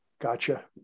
gotcha